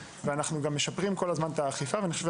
ואנחנו משפרים כל הזמן את האכיפה בנושא.